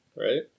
Right